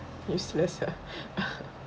useless ah